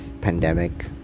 pandemic